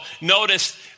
notice